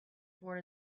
toward